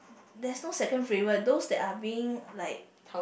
there's no second favorite those that are being like